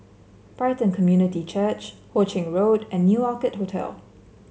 Brighton Community Church Ho Ching Road and New Orchid Hotel